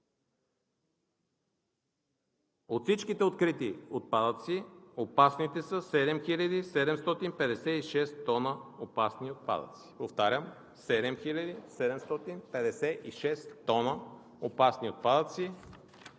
От всичките открити отпадъци, опасните са 7756 тона опасни отпадъци. Повтарям: 7756 тона опасни отпадъци,